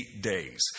days